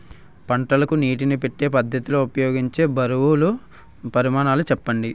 పంటలకు నీటినీ పెట్టే పద్ధతి లో ఉపయోగించే బరువుల పరిమాణాలు చెప్పండి?